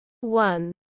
One